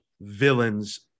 villains